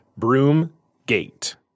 Broomgate